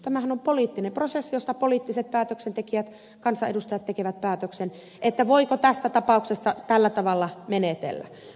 tämähän on poliittinen prosessi josta poliittiset päätöksentekijät kansanedustajat tekevät päätöksen voiko tässä tapauksessa tällä tavalla menetellä